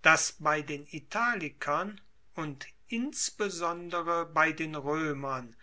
dass bei den italikern und insbesondere bei den roemern